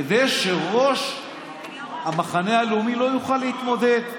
כדי שראש המחנה הלאומי לא יוכל להתמודד.